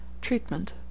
Treatment